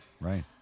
Right